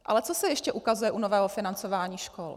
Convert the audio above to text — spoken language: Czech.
Ale co se ještě ukazuje u nového financování škol?